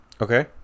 okay